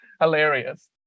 Hilarious